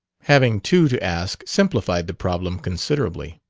having two to ask simplified the problem considerably.